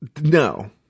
no